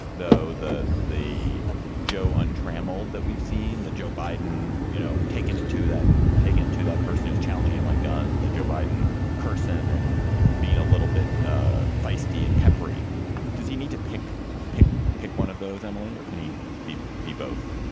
though, the the joe untrammeled that we've seen, the joe biden, you know, taken it to that, taking it to that person who's challenging him on gun, the joe biden kherson and being a little bit ah feisty and peppery does he need to pick, pick, pick one of those, emily, or can he be be both?